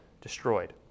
destroyed